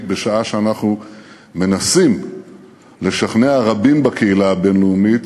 בשעה שאנחנו מנסים לשכנע רבים בקהילה הבין-לאומית